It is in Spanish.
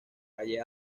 calle